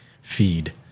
feed